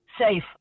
safe